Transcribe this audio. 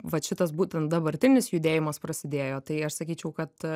vat šitas būtent dabartinis judėjimas prasidėjo tai aš sakyčiau kad